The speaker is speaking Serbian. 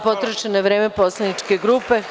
Potrošeno je vreme poslaničke grupe.